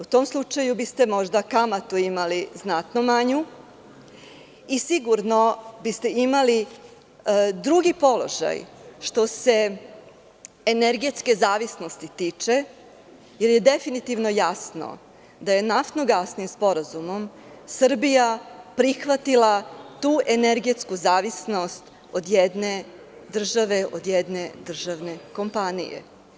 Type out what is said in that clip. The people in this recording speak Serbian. U tom slučaju biste možda kamatu imali znatno manju i sigurno biste imali drugi položaj što se energetske zavisnosti tiče, jer je definitivno jasno da je naftno-gasni sporazumom Srbija prihvatila tu energetsku zavisnost od jedne države, od jedne državne kompanije.